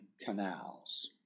canals